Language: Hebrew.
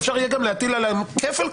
אפשר יהיה גם להטיל עלי כפל קנס?